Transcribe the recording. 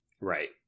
Right